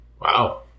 Wow